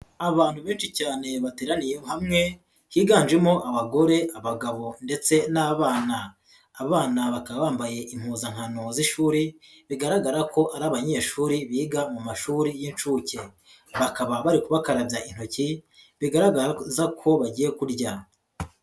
Abantu benshi cyane bateraniye hamwe higanjemo abagore, abagabo ndetse n'abana, abana bakaba bambaye impuzankano z'ishuri, bigaragara ko ari abanyeshuri biga mu mashuri y'inshuke bakaba bari kubakarabya intoki bigaragaza ko bagiye kurya.